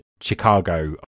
Chicago